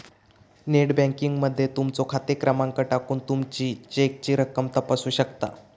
net banking मध्ये तुमचो खाते क्रमांक टाकून तुमी चेकची रक्कम तपासू शकता